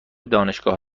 دانشگاه